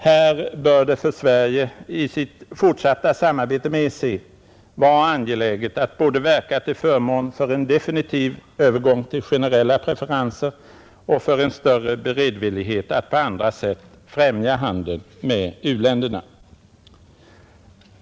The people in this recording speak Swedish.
Här bör det för Sverige i det fortsatta samarbetet med EEC vara angeläget att både verka till förmån för en definitiv övergång till generella preferenser och för en större beredvillighet att på andra sätt främja handeln med u-länderna.